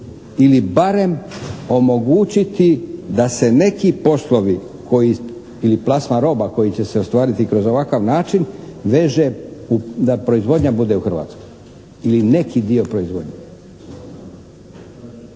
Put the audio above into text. ili barem omogućiti da se neki poslovi koji ili plasman roba koji će se ostvariti kroz ovakav način veže da proizvodnja bude u Hrvatskoj ili neki dio proizvodnje.